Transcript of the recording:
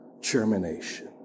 germination